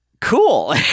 cool